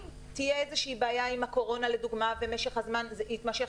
אם תהיה איזושהי בעיה עם הקורונה למשל ומשך הזמן יתמשך,